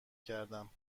کردم